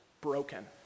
broken